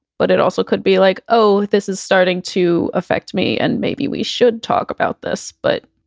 but it also could be like, oh, this is starting to affect me and maybe we should talk about this but